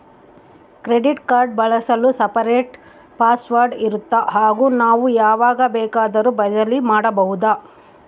Credit card ಬಳಸಲು separate password ಇರುತ್ತಾ ಹಾಗೂ ನಾವು ಯಾವಾಗ ಬೇಕಾದರೂ ಬದಲಿ ಮಾಡಬಹುದಾ?